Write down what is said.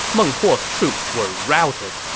meng huo's troops were routed.